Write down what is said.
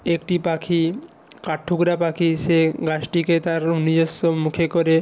একটি পাখি কাঠঠোকরা পাখি সে গাছটিকে তারও নিজস্ব মুখে করে